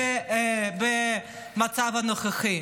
במצב הנוכחי.